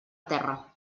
terra